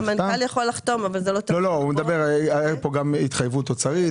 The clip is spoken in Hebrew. המנכ"ל יכול לחתום אבל --- היתה פה גם התחייבות אוצרית.